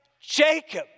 Jacob